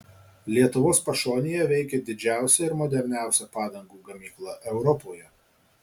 lietuvos pašonėje veikia didžiausia ir moderniausia padangų gamykla europoje